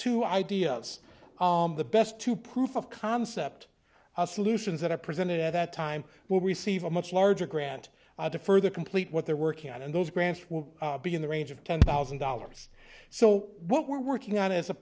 two ideas the best two proof of concept solutions that are presented at that time will receive a much larger grant to further complete what they're working on and those grants will be in the range of ten thousand dollars so what we're working on is a